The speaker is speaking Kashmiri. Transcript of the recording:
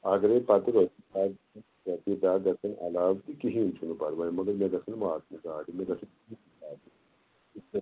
اگرٔے پَتہٕ رۄپیہِ رۄپیہِ دَہ گژھیٚن علاوٕ تہٕ کِہیٖنۍ چھُنہٕ پَرواے مگر مےٚ گژھیٚن واتنہِ گاڈٕ مےٚ گژھیٚن